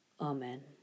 Amen